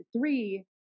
three